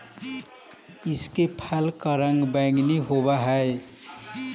इसके फल का रंग बैंगनी होवअ हई